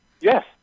Yes